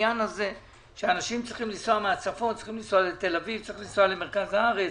שאנשים צריכים לנסוע מהצפון למרכז הארץ.